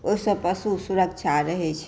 ओहिसँ पशु सुरक्षा रहै छै